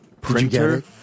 printer